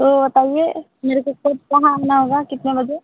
तो बताइए मेरे को खुद कहाँ आना होगा कितने बजे